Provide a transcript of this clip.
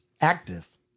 active